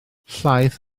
llaeth